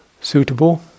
suitable